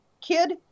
kid